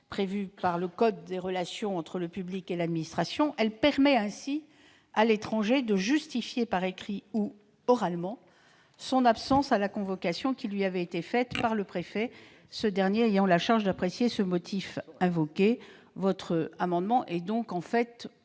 prévu par le code des relations entre le public et l'administration. Elle permet ainsi à l'étranger de justifier par écrit ou oralement son absence à la convocation adressée par le préfet, ce dernier ayant la charge d'apprécier le motif invoqué. Votre amendement est donc en fait